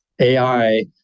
AI